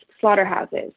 slaughterhouses